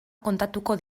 kontatuko